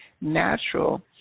natural